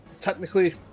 technically